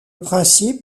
principe